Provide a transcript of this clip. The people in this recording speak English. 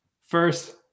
first